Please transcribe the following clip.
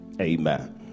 Amen